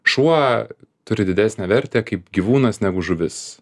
šuo turi didesnę vertę kaip gyvūnas negu žuvis